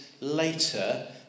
later